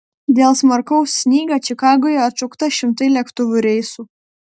dėl smarkaus snygio čikagoje atšaukta šimtai lėktuvų reisų